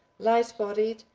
light bodied,